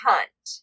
Hunt